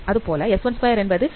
அதுபோல் s12 என்பது uTs2u